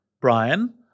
Brian